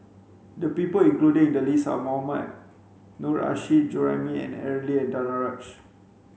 the people included in the list are Mohammad Nurrasyid Juraimi Aaron Lee and Danaraj